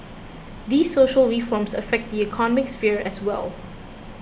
these social reforms affect the economic sphere as well